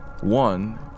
One